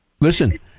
Listen